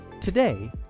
Today